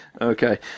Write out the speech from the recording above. okay